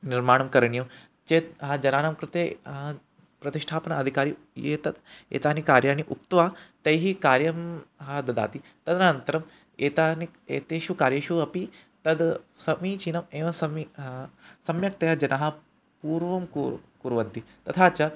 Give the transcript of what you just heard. निर्माणं करणीयं चेत् जनानां कृते प्रतिष्ठापना अधिकारी ये तत् एतानि कार्याणि उक्त्वा तैः कार्यं हा ददाति तदनन्तरम् एतानि एतेषु कार्येषु अपि तद् समीचीनम् एव समी सम्यक्तया जनाः पूर्वं कुर् कुर्वन्ति तथा च